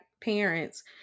parents